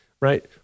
right